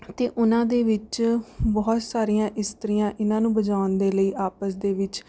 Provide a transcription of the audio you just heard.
ਅਤੇ ਉਹਨਾਂ ਦੇ ਵਿੱਚ ਬਹੁਤ ਸਾਰੀਆਂ ਇਸਤਰੀਆਂ ਇਨ੍ਹਾਂ ਨੂੰ ਵਜਾਉਣ ਦੇ ਲਈ ਆਪਸ ਦੇ ਵਿੱਚ